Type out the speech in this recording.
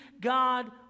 God